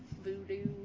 Voodoo